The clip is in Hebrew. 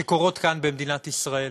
שקורות כאן במדינת ישראל.